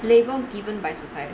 labels given by society